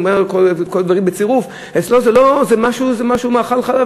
אצלו זה מאכל חלב,